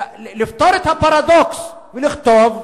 לפתור את הפרדוקס ולכתוב: